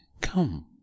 Come